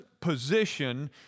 position